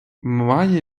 має